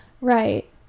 Right